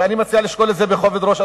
ואני מציע לשקול את זה בכובד ראש,